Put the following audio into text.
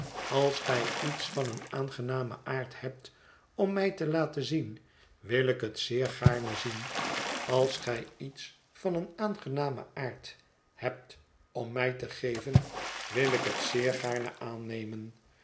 als gij iets van een aangenamen aard hebt om mij te laten zien wil ik het zeer gaarne zien als gij iets van een aangenamen aard hebt om mij te geven wil ik het zeer gaarne aannemen